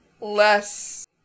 less